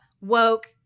woke